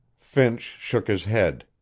finch shook his head.